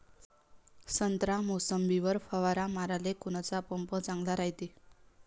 संत्रा, मोसंबीवर फवारा माराले कोनचा पंप चांगला रायते?